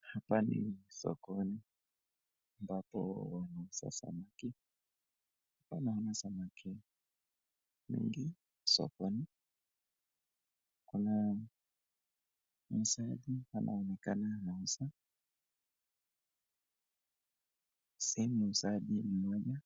hapa ni sokoni ambapo wanauza samaki. Hapa naona samaki mingi sokoni. Kuna muuzaji anayeonekana anauza. Si muuzaji mmoja,